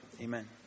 Amen